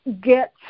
get